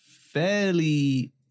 fairly